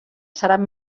seran